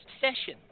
session